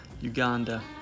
Uganda